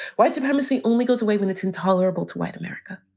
white supremacy only goes away when it's intolerable to white america.